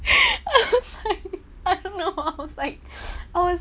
I was like I don't know I was like I was